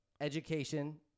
education